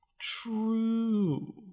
True